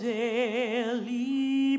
daily